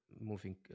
moving